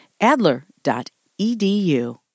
Adler.edu